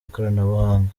ikoranabuhanga